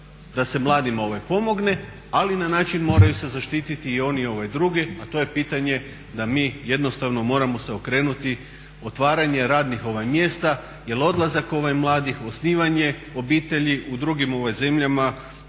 da se mladima pomogne, ali na način moraju se zaštititi i oni drugi, a to je pitanje da mi jednostavno moramo se okrenuti otvaranju radnih mjesta jer odlazak mladih, osnivanje obitelji u drugim zemljama